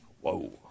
Whoa